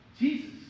Jesus